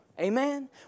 Amen